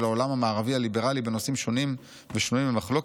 העולם המערבי הליברלי בנושאים שונים ושנויים במחלוקת,